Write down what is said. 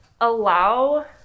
allow